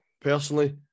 Personally